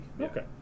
Okay